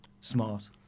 Smart